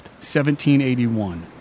1781